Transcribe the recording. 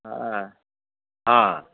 ہاں ہاں